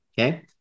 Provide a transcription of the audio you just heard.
Okay